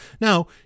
Now